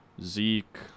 Zeke